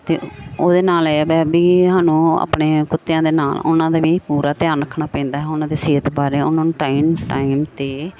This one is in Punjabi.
ਅਤੇ ਉਹਦੇ ਨਾਲ ਇਹ ਵੈ ਵੀ ਸਾਨੂੰ ਆਪਣੇ ਕੁੱਤਿਆਂ ਦੇ ਨਾਲ ਉਹਨਾਂ ਦਾ ਵੀ ਪੂਰਾ ਧਿਆਨ ਰੱਖਣਾ ਪੈਂਦਾ ਉਹਨਾਂ ਦੇ ਸਿਹਤ ਬਾਰੇ ਉਹਨਾਂ ਨੂੰ ਟਾਈਮ ਟਾਈਮ 'ਤੇ